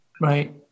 Right